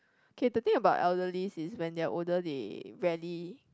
K the thing about elderlies is when they are older they rarely